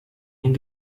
den